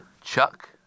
Chuck